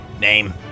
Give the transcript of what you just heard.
Name